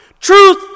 Truth